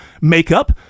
makeup